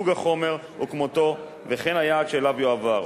סוג החומר וכמותו וכן היעד שאליו יועבר.